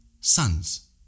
Sons